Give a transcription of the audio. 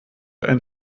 ein